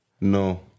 No